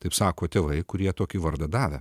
taip sako tėvai kurie tokį vardą davė